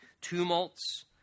tumults